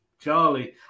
Charlie